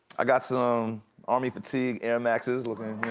i got some um army fatigue airmax's, looking.